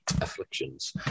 afflictions